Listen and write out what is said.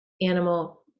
animal